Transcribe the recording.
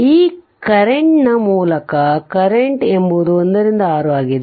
ಈ ಕರೆಂಟ್ನ ಮೂಲಕ ಕರೆಂಟ್ ಎಂಬುದು 1 ರಿಂದ 6 ಆಗಿದೆ